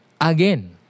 again